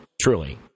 truly